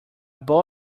bowl